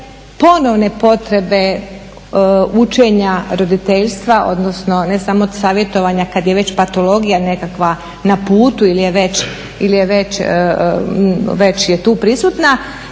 ponovne potrebe učenja roditeljstva, odnosno ne samo savjetovanja kad je već patologija nekakva na putu ili je već je tu prisutna,